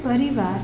પરિવાર